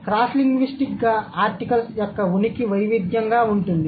క్రాస్లింగ్విస్టిక్గా articles యొక్క ఉనికి వైవిధ్యంగా ఉంటుంది